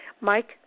Mike